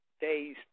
days